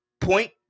Point